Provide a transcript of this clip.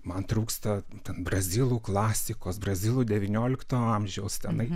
man trūksta ten brazilų klasikos brazilų devyniolikto amžiaus tenai